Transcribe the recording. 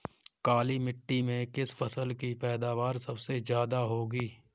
काली मिट्टी में किस फसल की पैदावार सबसे ज्यादा होगी?